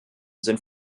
sind